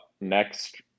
next